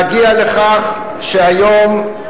אגב,